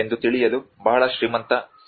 ಎಂದು ತಿಳಿಯಲು ಬಹಳ ಶ್ರೀಮಂತ ಸಾಕ್ಷಿಯಾಗಿದೆ